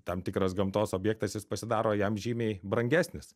tam tikras gamtos objektas jis pasidaro jam žymiai brangesnis